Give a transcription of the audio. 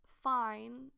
fine